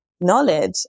knowledge